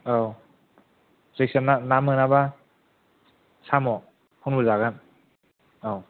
औ जायखिया ना ना मोनाब्ला साम' खनबो जागोन औ